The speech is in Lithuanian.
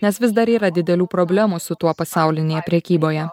nes vis dar yra didelių problemų su tuo pasaulinėje prekyboje